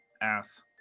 ass